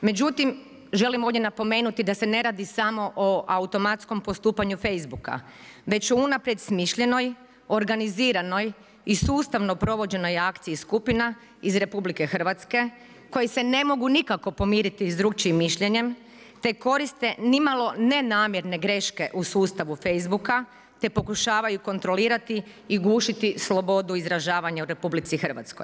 Međutim, želim ovdje napomenuti, da se ne radi samo o automatskom postupanju Facebooka, već o unaprijed smišljenoj, organiziranoj i sustavnom provođenoj akcije skupina iz RH, koji se ne mogu nikako pomiriti s drugačijem mišljenjem, te koriste, nimalo nenamjerne greške u sustavu Facebooka, te pokušavaju kontrolirati i gušiti slobodu izražavanja u RH.